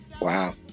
Wow